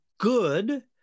Good